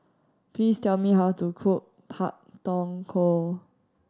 please tell me how to cook Pak Thong Ko